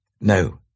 No